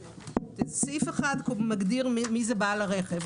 סעיף 1 מגדיר מי זה בעל הרכב.